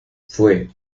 fue